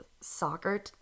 soccer